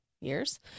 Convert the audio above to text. years